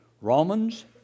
Romans